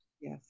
Yes